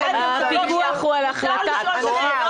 מותר לשאול שאלות וזה לא אומר שכל אחד --- את טועה,